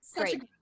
Great